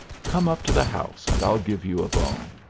come up to the house and i'll give you a bone.